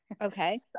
Okay